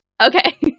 Okay